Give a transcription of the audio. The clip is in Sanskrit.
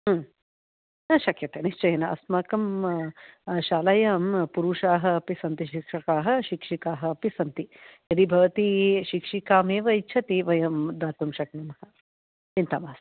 शक्यते निश्चयेन अस्माकं शालायां पुरुषाः अपि सन्ति शिक्षकाः शिक्षिकाः अपि सन्ति यदि भवती शिक्षिकामेव इच्छति वयं दातुं शक्नुमः चिन्ता मास्तु